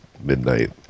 midnight